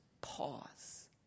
pause